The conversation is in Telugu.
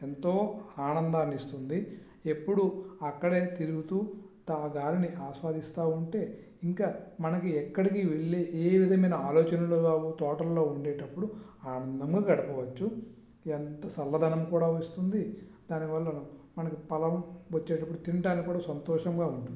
ఎంతో ఆనందాన్ని ఇస్తుంది ఎప్పుడూ అక్కడే తిరుగుతూ ఆ గాలిని ఆస్వాదిస్తూ ఉంటే ఇంకా మనకి ఎక్కడికి వెళ్ళే ఏ విధమైన ఆలోచనలు రావు తోటల్లో ఉండేటప్పుడు ఆనందంగా గడపవచ్చు ఎంత చల్లదనం కూడా వస్తుంది దానివల్ల మనకి ఫలం వచ్చేటప్పుడు తింటానికి కూడా సంతోషంగా ఉంటుంది